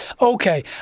Okay